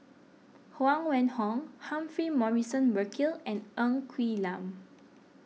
Huang Wenhong Humphrey Morrison Burkill and Ng Quee Lam